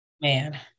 man